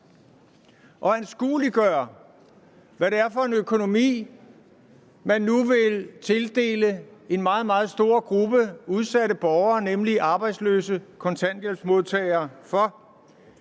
vil anskueliggøre, hvad det er for en økonomi, man nu vil tildele en meget, meget stor gruppe udsatte borgere, nemlig de arbejdsløse kontanthjælpsmodtagere.